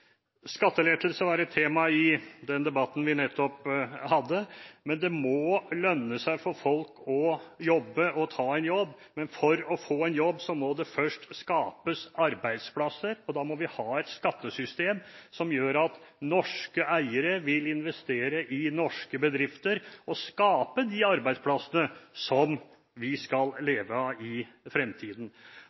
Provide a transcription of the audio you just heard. tema i den debatten vi nettopp hadde, men det må lønne seg for folk å ta en jobb. For å få en jobb må det først skapes arbeidsplasser, og da må vi ha et skattesystem som gjør at norske eiere vil investere i norske bedrifter og skape de arbeidsplassene som vi skal leve av i fremtiden.